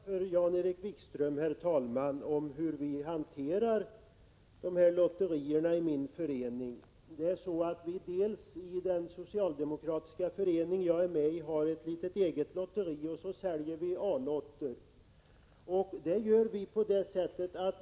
Herr talman! Då skall jag berätta för Jan-Erik Wikström hur vi hanterar lotterierna i min förening. Den socialdemokratiska förening jag är med i har ett eget litet lotteri, och dessutom säljer vi A-lotter.